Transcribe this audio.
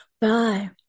Bye